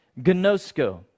gnosko